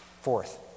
Fourth